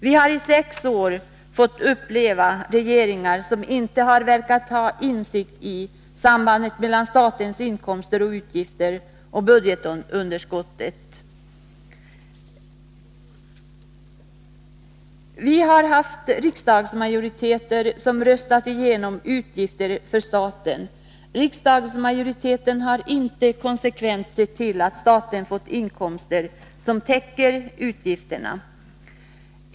Vi har i sex år fått uppleva regeringar som inte har verkat ha någon insikt i sambandet mellan statens inkomster och utgifter och budgetunderskottet. Vi har haft en riksdagsmajoritet som har röstat igenom utgifter för staten utan att se till att staten har fått inkomster som täcker utgifterna.